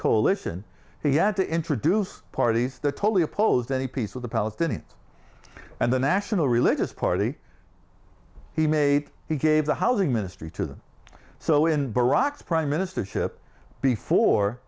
coalition he had to introduce parties totally opposed any peace with the palestinians and the national religious party he made he gave the housing ministry to them so in iraq's prime ministership before